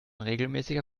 regelmäßiger